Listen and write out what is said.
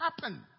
happen